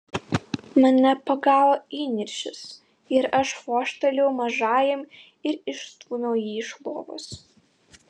mane pagavo įniršis ir aš vožtelėjau mažajam ir išstūmiau jį iš lovos